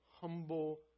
humble